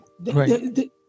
Right